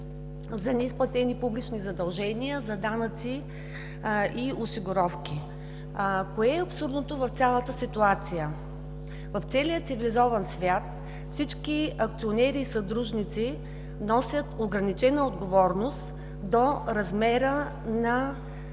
за неизплатени публични задължения за данъци и осигуровки. Кое е абсурдното в цялата ситуация? В целия цивилизован свят всички акционери и съдружници носят ограничена отговорност до размера на